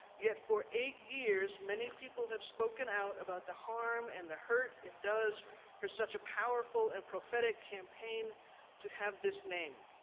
yet for eight years many people have spoken out about the harm and the hurt it does for such a powerful and prophetic campaign to have this name.